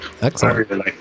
Excellent